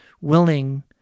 willing